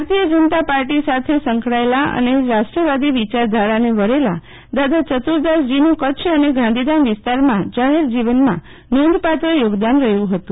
ભારતીય જનતા પાર્ટી સાથે સંક્યાયેલા અને રાષ્ટ્રવાદી વિયાર ધારાને વરેલા દાદા ચતુરદાસજીનું કરછ અને ગાંધીધામ વિસ્તારમાં જાહેર જીવનમાં નોધપાત્ર યોગદાન રહ્યું હતું